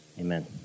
amen